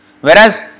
Whereas